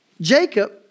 Jacob